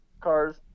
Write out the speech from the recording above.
cars